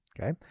Okay